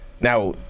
Now